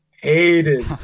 hated